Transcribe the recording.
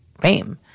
fame